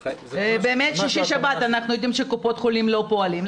באמת שישי שבת אנחנו יודעים שקופות החולים לא פועלות,